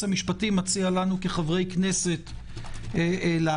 המשפטי מציע לנו כחברי כנסת להציף,